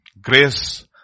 Grace